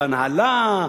והנהלה,